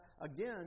again